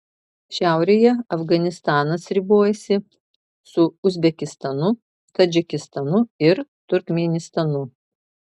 šiaurėje afganistanas ribojasi su uzbekistanu tadžikistanu ir turkmėnistanu